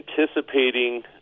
Anticipating